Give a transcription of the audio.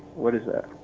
what is that?